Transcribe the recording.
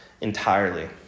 entirely